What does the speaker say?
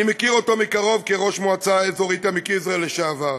אני מכיר אותו מקרוב כראש המועצה האזורית עמק-יזרעאל לשעבר.